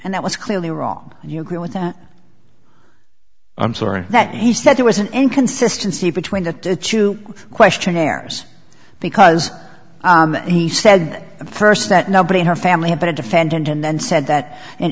and that was clearly wrong and you agree with that i'm sorry that he said there was an inconsistency between the two questionnaires because he said first that nobody in her family had been a defendant and then said that and